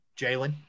Jalen